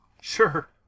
Sure